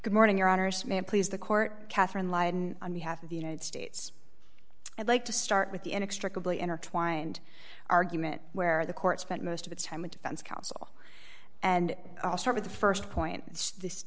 good morning your honor is may it please the court katherine lyon on behalf of the united states i'd like to start with the inextricably intertwined argument where the court spent most of its time in defense counsel and i'll start with the st point th